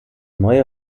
neue